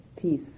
peace